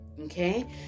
Okay